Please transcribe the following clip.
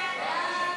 (ביטול),